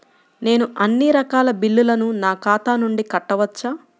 నేను అన్నీ రకాల బిల్లులను నా ఖాతా నుండి కట్టవచ్చా?